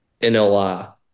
NLI